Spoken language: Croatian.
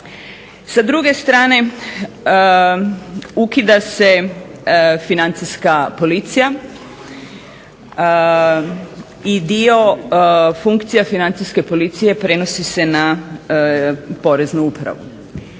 Sa druge strane ukida se Financijska policija i dio funkcija Financijske policije prenosi se na Poreznu upravu.